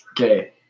Okay